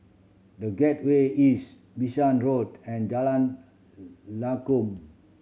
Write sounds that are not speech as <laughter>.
The Gateway East Bishan Road and Jalan <unintelligible> Lakum